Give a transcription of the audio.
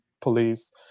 police